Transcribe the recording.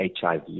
HIV